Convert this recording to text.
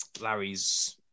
Larry's